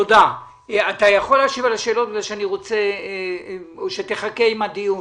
אתה יכול להשיב על השאלות או שתחכה עם הדיון?